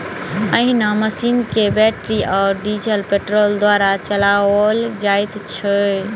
एहि मशीन के बैटरी आ डीजल पेट्रोल द्वारा चलाओल जाइत छै